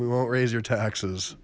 we won't raise your taxes